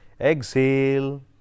exhale